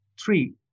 three